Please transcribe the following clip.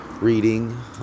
reading